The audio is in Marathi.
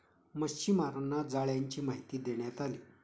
मच्छीमारांना जाळ्यांची माहिती देण्यात आली